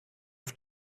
auf